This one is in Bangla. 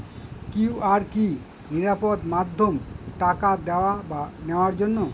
কিউ.আর কি নিরাপদ মাধ্যম টাকা দেওয়া বা নেওয়ার জন্য?